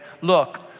look